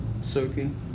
Soaking